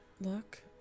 Look